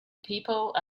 people